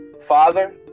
father